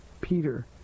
Peter